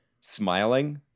smiling